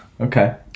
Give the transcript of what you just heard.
Okay